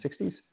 1960s